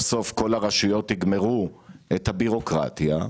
סוף כל הרשויות יגמרו את הבירוקרטיה,